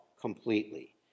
completely